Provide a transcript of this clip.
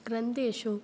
ग्रन्थेषु